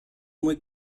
muy